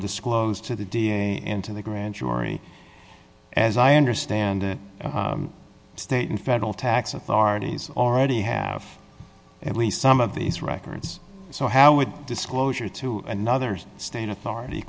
disclosed to the da and to the grand jury as i understand it state and federal tax authorities already have at least some of these records so how would disclosure to another's state authority